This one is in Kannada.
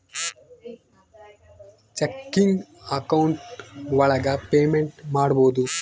ಚೆಕಿಂಗ್ ಅಕೌಂಟ್ ಒಳಗ ಪೇಮೆಂಟ್ ಮಾಡ್ಬೋದು